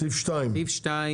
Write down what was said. סעיף 2,